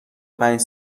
پنج